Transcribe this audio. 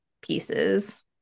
pieces